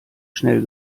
schnell